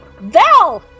Val